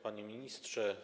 Panie Ministrze!